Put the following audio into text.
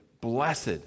Blessed